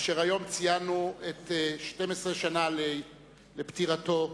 אשר היום ציינו 12 שנה לפטירתו,